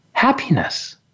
Happiness